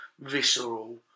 visceral